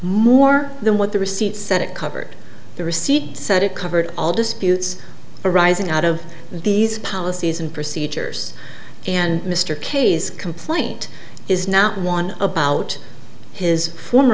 more than what the receipt said it covered the receipt said it covered all disputes arising out of these policies and procedures and mr k s complaint is not one about his former